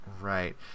Right